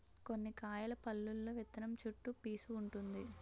కొన్ని కాయల పల్లులో విత్తనం చుట్టూ పీసూ వుంటుంది